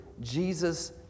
Jesus